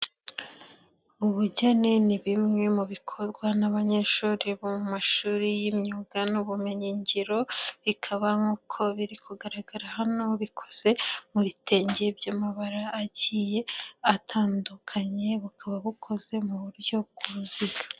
Ubugeni ni bimwe mu bikorwa n'abanyeshuri bo mu mashuri y'imyuga n'ubumenyi ngiro, bikaba nk'uko biri kugaragara hano bikoze mu bitenge by'amabara agiye atandukanye, bukaba bukoze mu buryo ruziga.